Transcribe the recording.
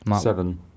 Seven